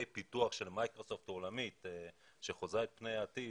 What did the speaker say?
פיתוח של מייקרוסופט העולמית שחוזה את פני העתיד,